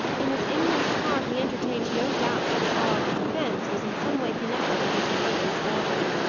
in his inmost heart he entertained no doubt that the cause of offence was in some way connected with mr. huntley's daughter.